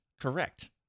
Correct